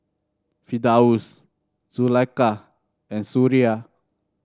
Firdaus Zulaikha and Suria